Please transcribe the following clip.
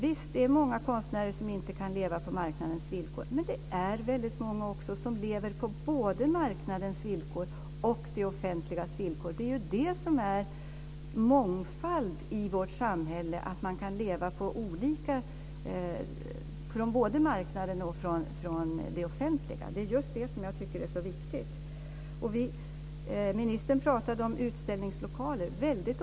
Visst finns det många konstnärer som inte kan leva på marknadens villkor, men det finns också många som lever på både marknadens och det offentligas villkor. Det är det som är mångfald i vårt samhälle - att man kan leva både på marknaden och på det offentliga. Det är just detta som jag tycker är så viktigt. Ministern pratade om utställningslokaler.